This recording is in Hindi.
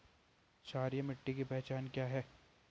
क्षारीय मिट्टी की पहचान क्या है?